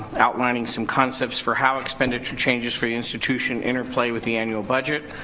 outlining some concepts for how expenditure changes for the institution interplay with the annual budget.